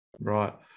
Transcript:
right